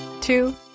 Two